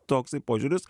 toksai požiūris